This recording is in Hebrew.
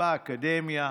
ובאקדמיה.